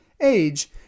age